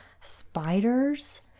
spiders